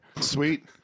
Sweet